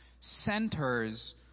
centers